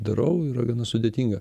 darau yra gana sudėtinga